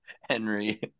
Henry